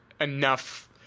enough